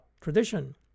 tradition